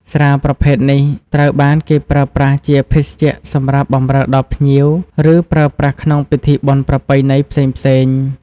ស្រាប្រភេទនេះត្រូវបានគេប្រើប្រាស់ជាភេសជ្ជៈសម្រាប់បម្រើដល់ភ្ញៀវ ឬប្រើប្រាស់ក្នុងពិធីបុណ្យប្រពៃណីផ្សេងៗ។